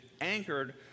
anchored